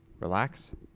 relax